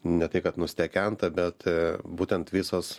ne tai kad nustekenta bet būtent visos